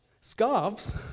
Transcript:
scarves